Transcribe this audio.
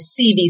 CBC